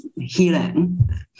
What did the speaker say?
healing